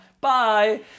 Bye